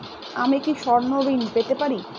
আমি কি স্বর্ণ ঋণ পেতে পারি?